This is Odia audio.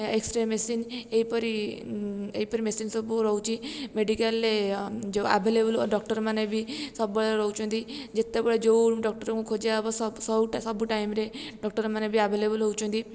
ଏକ୍ସରେ ମେସିନ୍ ଏହିପରି ଏହିପରି ମେସିନ୍ ସବୁ ରହୁଛି ମେଡ଼ିକାଲ୍ରେ ଯେଉଁ ଆଭେଲେବୁଲ୍ ଡ଼କ୍ଟର୍ ମାନେ ବି ସବୁବେଳେ ରହୁଛନ୍ତି ଯେତେବେଳେ ଯେଉଁ ଡକ୍ଟର୍ଙ୍କୁ ଖୋଜା ସବୁ ଟାଇମ୍ରେ ଡକ୍ଟର୍ ମାନେ ବି ଆଭେଲେବୁଲ୍ ହଉଛନ୍ତି